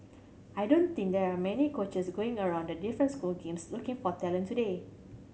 I don't think there are many coaches going around the different school games looking for talent today